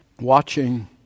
watching